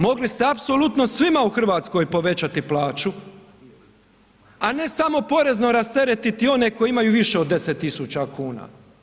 Mogli ste apsolutno svima u Hrvatskoj povećati plaću, a ne samo porezno rasteretiti one koji imaju više od 10 tisuća kuna.